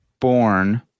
born